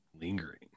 lingering